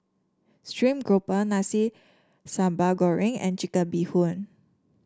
stream grouper Nasi Sambal Goreng and Chicken Bee Hoon